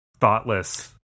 thoughtless